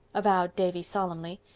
avowed davy solemnly.